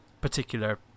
particular